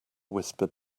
whispered